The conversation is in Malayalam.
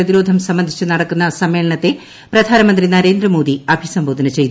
പ്രതിരോധം സംബന്ധിച്ച് നടക്കുന്ന സമ്മേളനത്തെ പ്രധാനമന്ത്രി നരേന്ദ്രമോദി അഭിസംബോധന ചെയ്തു